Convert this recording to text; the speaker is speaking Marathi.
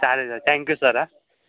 चालेल सर थँक्यू सर हां